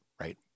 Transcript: right